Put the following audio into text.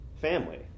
family